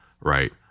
right